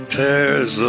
tears